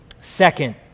Second